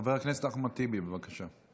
חבר הכנסת אחמד טיבי, בבקשה.